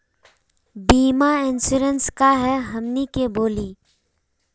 बीमा इंश्योरेंस का है हमनी के बोली?